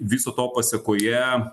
viso to pasekoje